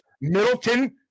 Middleton